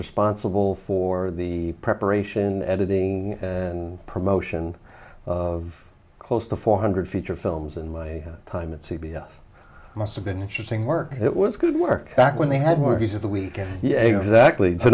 responsible for the preparation editing and promotion of close to four hundred feature films and way time at c b s must have been interesting work it was good work back when they had more views of the week and yeah exactly